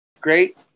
Great